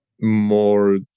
more